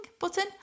button